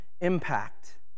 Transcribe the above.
impact